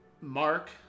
mark